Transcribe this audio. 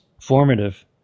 formative